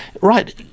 right